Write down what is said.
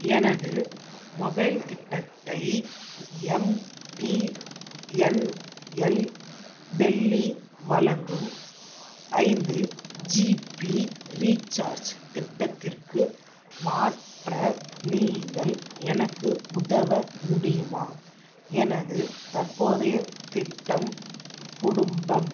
எனது மொபைல் திட்டத்தை எம்டிஎன்எல் டெல்லி வழங்கும் ஐந்து ஜிபி ரீசார்ஜ் திட்டத்திற்கு மாற்ற நீங்கள் எனக்கு உதவ முடியுமா எனது தற்போதைய திட்டம் குடும்பம்